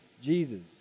Jesus